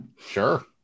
sure